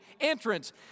entrance